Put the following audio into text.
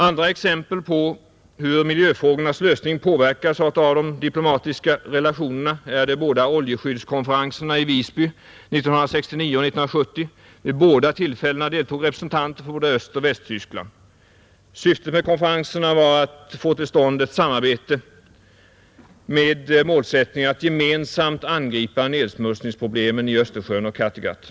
Andra exempel på hur miljöfrågornas lösning påverkas av de diplomatiska relationerna är de båda oljeskyddskonferenserna i Visby 1969 och 1970. Vid bägge tillfällena deltog representanter för både Östoch Västtyskland. Syftet med konferenserna var att få till stånd ett samarbete med målsättning att gemensamt angripa nedsmutsningsproblemen i Östersjön och Kattegatt.